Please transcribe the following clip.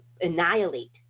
annihilate